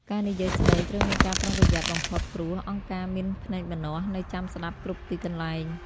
ការនិយាយស្តីត្រូវមានការប្រុងប្រយ័ត្នបំផុត ព្រោះ "អង្គការមានភ្នែកម្នាស់" នៅចាំស្ដាប់គ្រប់ទីកន្លែង។